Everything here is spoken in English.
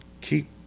keep